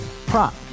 Prop